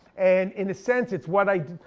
and in a sense it's what i do.